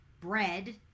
bread